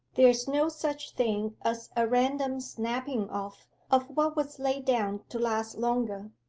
there's no such thing as a random snapping off of what was laid down to last longer.